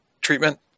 treatment